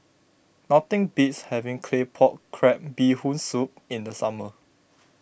nothing beats having Claypot Crab Bee Hoon Soup in the summer